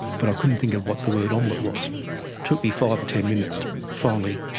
but i couldn't think of what the word omelette was. it took me five or ten minutes to finally